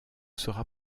sera